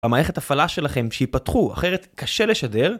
המערכת הפעלה שלכם שיפתחו, אחרת קשה לשדר